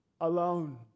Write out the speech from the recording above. Alone